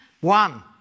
One